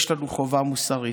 יש לנו חובה מוסרית.